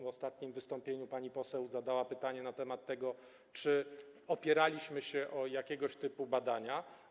W ostatnim wystąpieniu pani poseł zadała pytanie na temat tego, czy opieraliśmy się o jakiegoś typu badania.